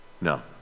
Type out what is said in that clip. No